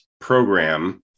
program